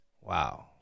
Wow